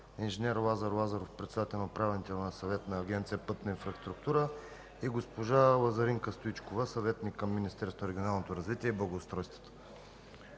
инж. Лазар Лазаров – председател на Управителния съвет на Агенция „Пътна инфраструктура”, и госпожа Лазаринка Стоичкова – съветник към министъра на регионалното развитие и благоустройството.